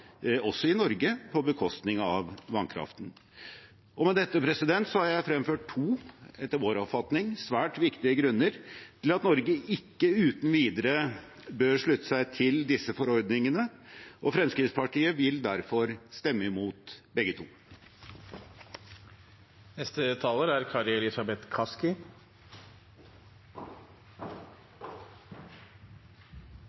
også i Norge, på bekostning av vannkraften. Med dette har jeg fremført to – etter vår oppfatning – svært viktige grunner til at Norge ikke uten videre bør slutte seg til disse forordningene, og Fremskrittspartiet vil derfor stemme imot begge to. SV støtter at EUs grønne taksonomi skal gjøres gjeldende i Norge. Det er